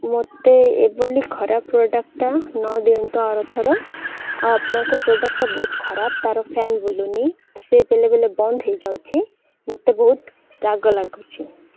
ମୋତେ ଏଭଳି ଖରାପ ପ୍ରଡ଼ାକ୍ଟ୍ଟା ନଦିଅନ୍ତୁ ଆର ଥର ଆଉ ଆପଣଙ୍କ ପ୍ରୋଡ଼କ୍ଟ୍ଟା ବହୁତ ଖରାପ ତା'ର ଫ୍ୟାନ୍ ବୁଲୁନି ସେ ବେଳେବେଳେ ବନ୍ଦ ହୋଇଯାଉଛି ମୋତେ ବହୁତ ରାଗ ଲାଗୁଛି